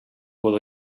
godó